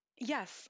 Yes